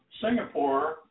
Singapore